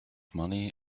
money